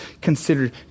considered